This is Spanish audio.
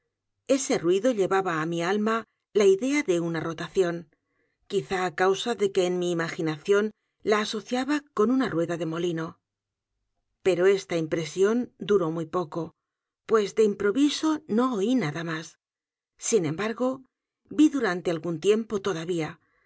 ese ruido llevaba á mi a l m a la idea de una rotación quizá á causa de que en mi imaginación la asociaba con una rueda de molino pero esta impresión duró muy poco pues de improviso no oí más nada sin embargo vi durante algún tiempo todavía